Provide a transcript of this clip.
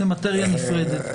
זאת מאטריה נפרדת.